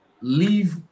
leave